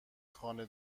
خانه